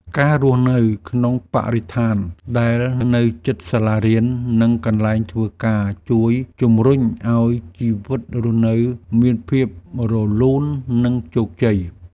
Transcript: ការរស់នៅក្នុងបរិស្ថានដែលនៅជិតសាលារៀននិងកន្លែងធ្វើការជួយជម្រុញឱ្យជីវិតរស់នៅមានភាពរលូននិងជោគជ័យ។